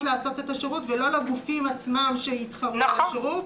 לעשות את השירות ולא לגופים עצמם שיתחרו על השירות,